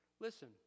Listen